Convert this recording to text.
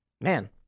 Man